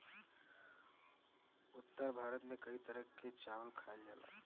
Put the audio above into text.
उत्तर भारत में कई तरह के चावल खाईल जाला